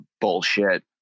bullshit